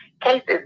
cases